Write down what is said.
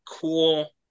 cool